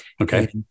Okay